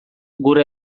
gure